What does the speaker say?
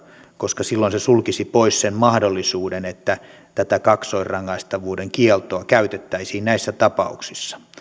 koska silloin se sulkisi pois sen mahdollisuuden että tätä kaksoisrangaistavuuden kieltoa käytettäisiin näissä tapauksissa